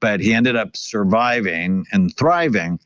but he ended up surviving and thriving